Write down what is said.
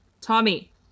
Tommy